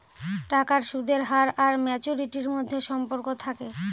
টাকার সুদের হার আর ম্যাচুরিটির মধ্যে সম্পর্ক থাকে